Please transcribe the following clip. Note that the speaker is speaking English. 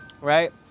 right